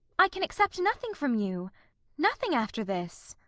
i can accept nothing from you nothing after this.